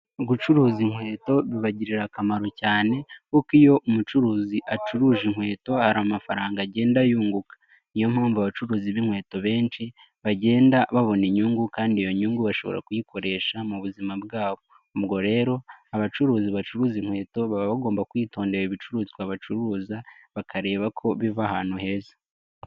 Gucuruza inkweto bibagirira akamaro cyane kuko iyo umucuruzi acuruza inkweto hari amafaranga agenda yunguka, ni yo mpamvu abacuruzi b'inkweto benshi bagenda babona inyungu kandi iyo nyungu bashobora kuyikoresha mu buzima bwabo, ubwo rero abacuruzi bacuruza inkweto baba bagomba kwitondera ibicuruzwa bacuruza bakareba ko biva ahantu heza.